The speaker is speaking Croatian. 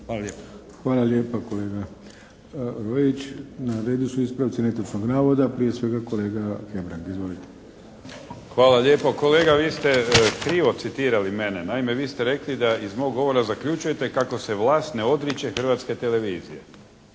Mato (SDP)** Hvala lijepa kolega Roić. Na redu su ispravci netočnog navoda. Prije svega kolega Hebrang. Izvolite. **Hebrang, Andrija (HDZ)** Hvala lijepo. Kolega vi ste krivo citirali mene. Naime vi ste rekli da iz mog govora zaključujete kako se vlast ne odriče Hrvatske televizije.